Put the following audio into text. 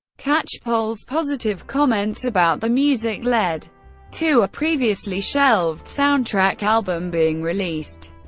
catchpole's positive comments about the music led to a previously shelved soundtrack album being released.